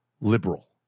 liberal